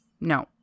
No